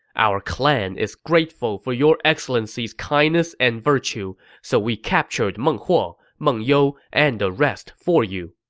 our clan is grateful for your excellency's kindness and virtue, so we captured meng huo, meng you and the rest for you.